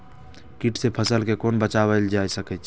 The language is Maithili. कीट से फसल के कोना बचावल जाय सकैछ?